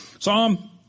Psalm